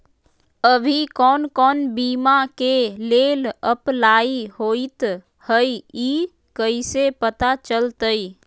अभी कौन कौन बीमा के लेल अपलाइ होईत हई ई कईसे पता चलतई?